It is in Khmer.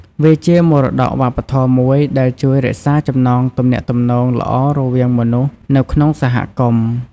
វាជាមរតកវប្បធម៌មួយដែលជួយរក្សាចំណងទំនាក់ទំនងល្អរវាងមនុស្សនៅក្នុងសហគមន៍។